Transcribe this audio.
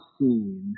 seen